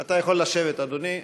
אתה יכול לשבת, אדוני.